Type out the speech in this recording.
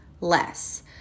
less